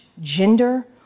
gender